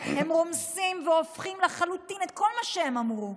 הם רומסים והופכים לחלוטין את כל מה שהם אמרו,